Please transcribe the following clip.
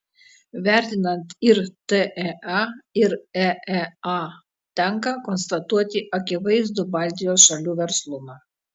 vertinant ir tea ir eea tenka konstatuoti akivaizdų baltijos šalių verslumą